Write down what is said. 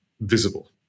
visible